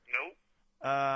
Nope